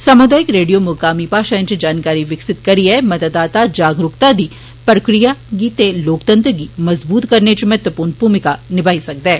सामुदायिक रेडियो मुकामी भाशा इच जानकारी विकसित करिए मतदाता जागरूकता दी प्रक्रिया गी ते लोकतंत्र गी मज़बूत करने इच महत्वपूर्ण भूमिका निभाई सकदा ऐ